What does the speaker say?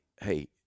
hey